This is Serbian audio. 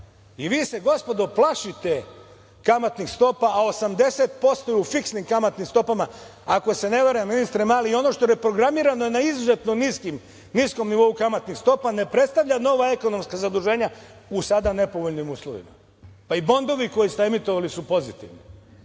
I vi se, gospodo, plašite kamatnih stopa, a 80% je u fiksnim kamatnim stopama ako se ne varam, ministre Mali, i ono što je reprogramirano je na izuzetno niskom nivou kamatnih stopa, ne predstavlja nova ekonomska zaduženja u sada nepovoljnim uslovima. Pa i bondovi koje ste emitovali su pozitivni